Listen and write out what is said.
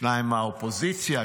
שניים מהאופוזיציה,